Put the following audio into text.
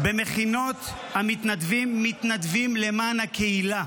במכינות המתנדבים מתנדבים למען הקהילה.